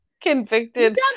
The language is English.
convicted